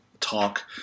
talk